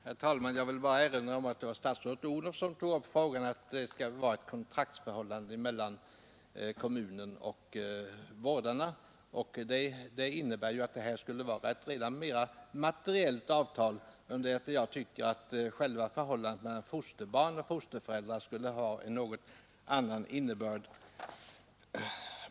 Herr talman! Jag vill erinra om att det var statsrådet Odhnoff som tog upp frågan om att det skall vara ett kontraktsförhållande mellan kommunen och vårdarna. Detta innebär ju att det skall vara ett mera ”materiellt” avtal, under det att jag tycker att förhållandet mellan fosterbarn och fosterföräldrar skulle ha en något annan innebörd.